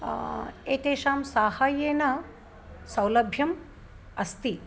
एतेषां साहाय्येन सौलभ्यम् अस्ति